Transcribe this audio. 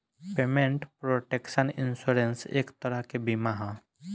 payment protection insurance एक तरह के बीमा ह